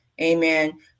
amen